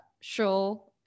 show